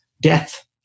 death